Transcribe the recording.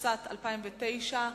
התשס"ט 2009,